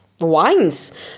wines